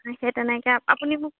সেই তেনেকে আপুনি মোক